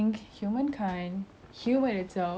would be extinct due like a virus